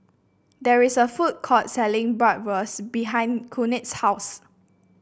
there is a food court selling Bratwurst behind Knute's house